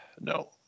No